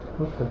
Okay